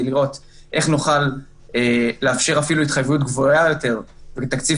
לראות איך נוכל לאפשר אפילו התחייבות גבוהה יותר לתקציב